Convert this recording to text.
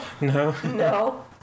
no